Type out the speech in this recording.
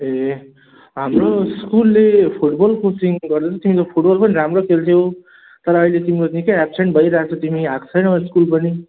ए हाम्रो स्कुलले football coaching गर्दै थियो तिमी फुटबल पनि राम्रो खेल्थ्यौ तर अहिले तिम्रो निकै एब्सेन्ट भइरहेको छौ तिमी आएको छैनौ स्कुल पनि